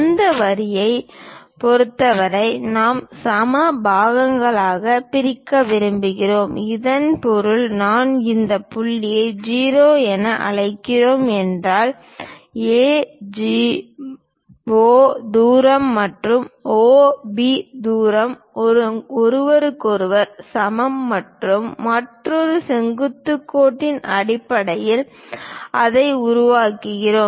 இந்த வரியைப் பொறுத்தவரை நாம் சம பாகங்களாகப் பிரிக்க விரும்புகிறோம் இதன் பொருள் நான் இந்த புள்ளியை O என அழைக்கிறேன் என்றால் AO தூரம் மற்றும் OB தூரம் ஒருவருக்கொருவர் சமம் மற்றும் மற்றொரு செங்குத்து கோட்டின் அடிப்படையில் அதை உருவாக்குகிறோம்